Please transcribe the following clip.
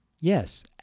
Yes